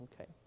Okay